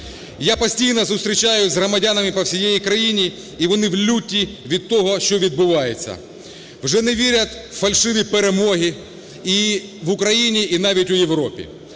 Я постійно зустрічаюсь з громадянами по всій країні, і вони в люті від того, що відбувається. Вже не вірять в фальшиві перемоги і в Україні і навіть у Європі.